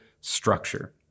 structure